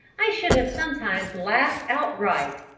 i should have sometimes laughed outright,